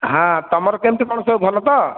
ହଁ ତୁମର କେମିତି କ'ଣ ସବୁ ଭଲ ତ